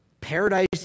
Paradise